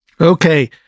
Okay